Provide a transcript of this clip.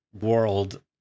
world